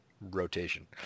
rotation